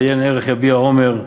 עיין ערך "יביע אומר"